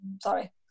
sorry